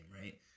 right